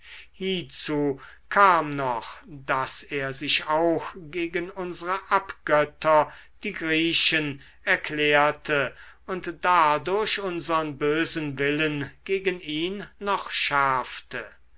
hiezu kam noch daß er sich auch gegen unsere abgötter die griechen erklärte und dadurch unsern bösen willen gegen ihn noch schärfte